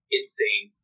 insane